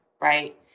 right